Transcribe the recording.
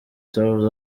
south